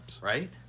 right